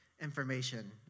information